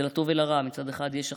זה לטוב ולרע: מצד אחד, יש הכנסה,